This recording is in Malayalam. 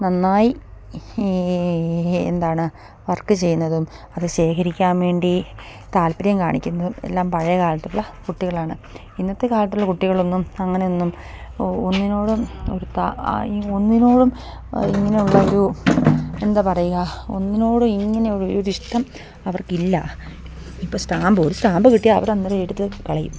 നന്നായി എന്താണ് വർക്ക് ചെയ്യുന്നതും അത് ശേഖരിക്കാൻ വേണ്ടി താല്പര്യം കാണിക്കുന്നതും എല്ലാം പഴയ കാലത്തുള്ള കുട്ടികളാണ് ഇന്നത്തെ കാലത്തുള്ള കുട്ടികളൊന്നും അങ്ങനെയൊന്നും ഒന്നിനോടും ഒരുതാ ഒന്നിനോടും ഇങ്ങനെയുള്ളൊരു എന്താ പറയുക ഒന്നിനോടും ഇങ്ങനെയുള്ള ഒരിഷ്ടം അവർക്കില്ല ഇപ്പം സ്റ്റാമ്പ് ഒരു സ്റ്റാമ്പ് കിട്ടി അവരന്നേരമെടുത്ത് കളയും